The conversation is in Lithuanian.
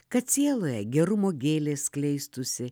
kad sieloje gerumo gėlės skleistųsi